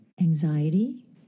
anxiety